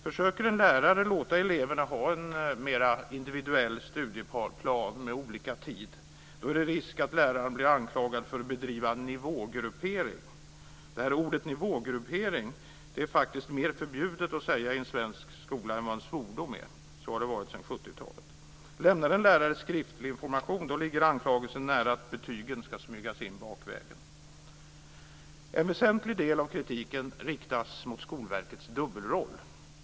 Försöker en lärare låta eleverna ha en mer individuell studieplan med olika tid finns risken att läraren blir anklagad för att bedriva "nivågruppering". Det ordet är det faktiskt mer förbjudet att säga i en svensk skola än vad en svordom är och så har det varit sedan 70-talet. Lämnar en lärare skriftlig information ligger anklagelsen nära att betygen ska smygas in bakvägen. En väsentlig del av kritiken riktas mot Skolverkets dubbelroll.